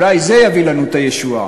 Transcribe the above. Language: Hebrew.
אולי זה יביא לנו את הישועה,